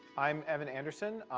i'm evan anderson.